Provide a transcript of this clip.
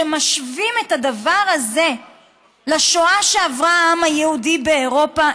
שמשווים את הדבר הזה לשואה שעבר העם היהודי באירופה,